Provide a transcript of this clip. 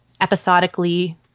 episodically